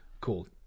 cool